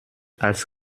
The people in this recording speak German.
als